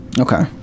Okay